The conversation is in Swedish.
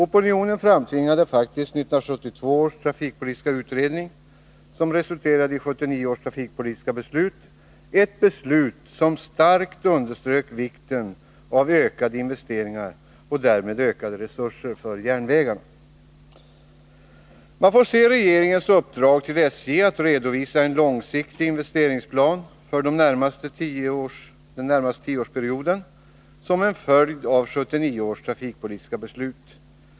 Opinionen framtvingade faktiskt 1972 års trafikpolitiska utredning, som resulterade i 1979 års trafikpolitiska beslut — ett beslut som starkt underströk vikten av ökade investeringar och därmed ökade resurser till järnvägarna. Man får se regeringens uppdrag till SJ att redovisa en långsiktig investeringsplan för den närmaste tioårsperioden som en följd av 1979 års trafikpolitiska beslut.